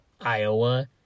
iowa